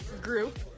group